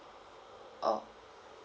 oh